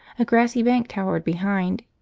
a grassy bank towered behind,